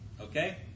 Okay